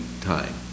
time